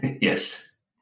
Yes